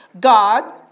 God